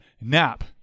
nap